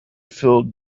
filled